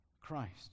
Christ